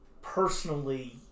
personally